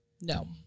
No